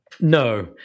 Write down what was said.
no